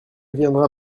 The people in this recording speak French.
viendra